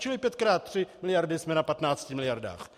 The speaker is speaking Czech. Čili pět krát tři miliardy, jsme na 15 miliardách.